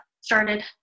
started